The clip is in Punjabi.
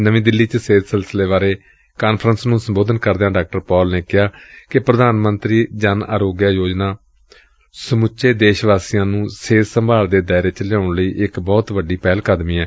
ਨਵੀਂ ਦਿੱਲੀ ਚ ਸਿਹਤ ਸਿਲਸਿਲੇ ਬਾਰੇ ਕਾਨਫਰੰਸ ਨੂੰ ਸੰਬੋਧਨ ਕਰਦਿਆਂ ਡਾ ਪਾਲ ਨੇ ਕਿਹਾ ਕਿ ਪ੍ਰਧਾਨ ਮੰਤਰੀ ਨ ਆਰੋਗਯਾ ਯੋਜਨਾ ਸਮੁੱਚੇ ਦੇਸ਼ ਵਾਸੀਆਂ ਨ੍ਨੂ ਸਿਹਤ ਸੰਭਾਲ ਦੇ ਦਾਇਰੇ ਚ ਲਿਆਉਣ ਲਈ ਇਕ ਬਹੁਤ ਵੱਡੀ ਪਹਿਲਕਦਮੀ ਏ